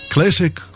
Classic